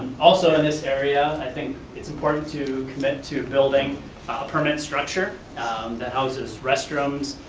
also in this area, i think it's important to commit to building permanent structure that houses restrooms,